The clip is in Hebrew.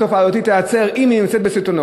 התופעה הזאת תיעצר אם היא תימצא בסיטונות.